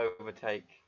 overtake